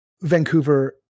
Vancouver